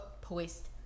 poised